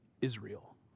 Israel